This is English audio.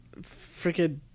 freaking